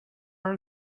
are